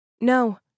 No